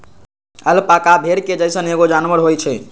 alpaca भेड़ के जइसन एगो जानवर होई छई